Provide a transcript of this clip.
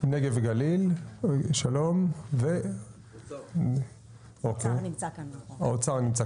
גליל והאוצר נמצא כאן.